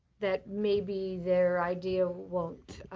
that maybe their idea won't